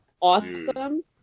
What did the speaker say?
Awesome